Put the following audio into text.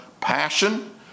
passion